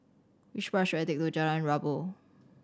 which bus should I take to Jalan Rabu